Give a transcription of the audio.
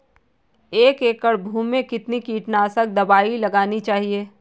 एक एकड़ भूमि में कितनी कीटनाशक दबाई लगानी चाहिए?